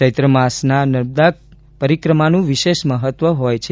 ચૈત્ર માસમા નર્મદા પરિક્રમાનું વિશેષ મહત્વ હોય છે